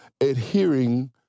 adhering